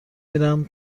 میرم